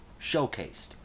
showcased